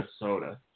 Minnesota